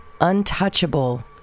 untouchable